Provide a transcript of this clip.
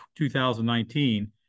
2019